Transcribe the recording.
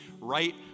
right